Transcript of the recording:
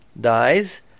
dies